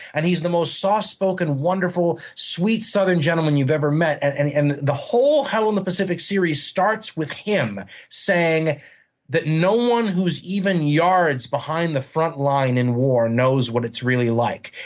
and he's the most soft-spoken, wonderful, sweet, southern gentleman you've ever met. and and the and the whole hell in the pacific series starts with him saying that no one who's even yards behind the front line in war knows what it's really like.